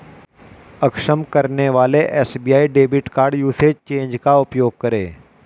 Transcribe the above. अक्षम करने वाले SBI debit card usage change का उपयोग करें